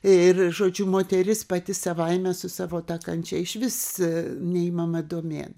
ir žodžiu moteris pati savaime su savo ta kančia išvis neimama domėn